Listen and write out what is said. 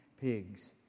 pigs